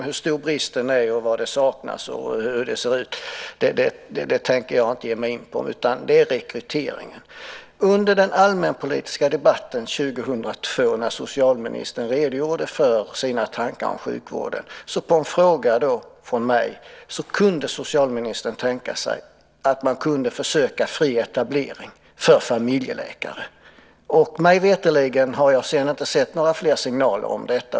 Hur stor bristen är, vad som saknas och hur det ser ut, tänker jag inte ge mig in på. Det handlar om rekryteringen. Under den allmänpolitiska debatten 2002 redogjorde socialministern för sina tankar om sjukvården. På en fråga från mig svarade socialministern att han kunde tänka sig att man kunde försöka med fri etablering för familjeläkare. Mig veterligen har jag sedan inte sett några fler signaler om detta.